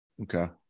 Okay